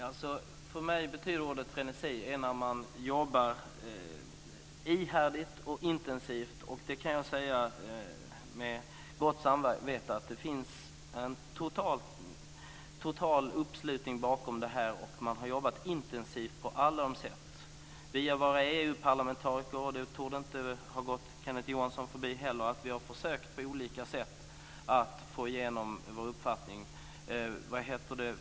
Fru talman! För mig betyder ordet frenesi att man jobbar ihärdigt och intensivt. Och det kan jag säga med gott samvete: Det finns en total uppslutning bakom det här, och man har jobbat intensivt på alla sätt. Via våra EU-parlamentariker - det torde inte heller ha gått Kenneth Johansson förbi - har vi på olika sätt försökt att få igenom vår uppfattning.